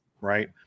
Right